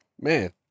Man